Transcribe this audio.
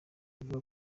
avuga